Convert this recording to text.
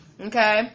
Okay